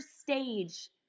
stage